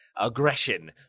aggression